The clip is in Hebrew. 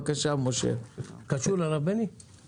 הרפורמה שמביאים פה, השינויים שמביעים פה היום?